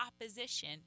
opposition